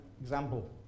Example